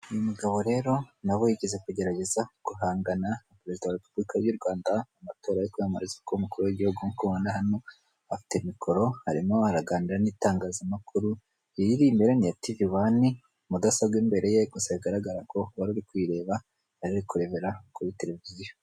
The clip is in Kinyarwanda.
Uyu mugabo rero, nawe yigeze kugerageza guhangana na perezida wa repubulika y'u Rwanda mu amatora yo kwiyamamariza kuba umukuru w'igihugu; nk'uko mubibona hano, afite mikoro harimo baraganira n'itangazamakuru, iyi iri imbere ni iya tiviwani. Mudasobwa imbere ye, gusa bigaragara ko uwari uri kuyireba yari ari kurebera kuri televiziyo.